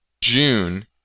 June